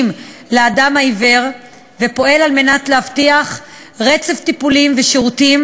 לאדם העיוור ופועל להבטיח רצף טיפולים ושירותים